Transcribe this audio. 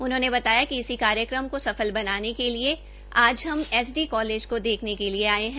उन्होने बताया की इसी कार्यक्रम को सफल बनाने के लिए आज हम एस डी कॉलेज को देखने के लिए आंए है